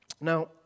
Now